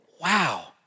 wow